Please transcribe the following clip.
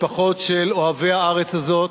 משפחות של אוהבי הארץ הזאת,